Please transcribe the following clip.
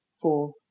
four